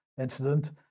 incident